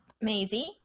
Maisie